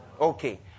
Okay